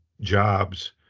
jobs